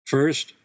First